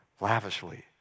lavishly